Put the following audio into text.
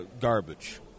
garbage